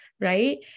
right